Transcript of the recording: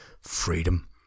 freedom